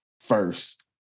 first